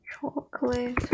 Chocolate